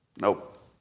nope